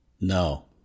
no